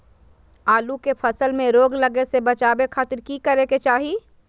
आलू के फसल में रोग लगे से बचावे खातिर की करे के चाही?